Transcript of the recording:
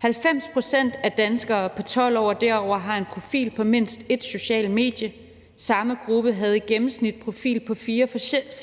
90 pct. af danskere på 12 år og derover har en profil på mindst ét socialt medie. Samme gruppe havde i gennemsnit en profil på fire